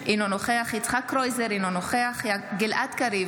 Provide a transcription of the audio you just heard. אינו נוכח יצחק קרויזר, אינו נוכח גלעד קריב,